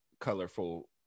Colorful